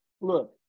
look